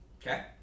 Okay